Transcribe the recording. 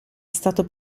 stato